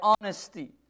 honesty